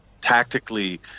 tactically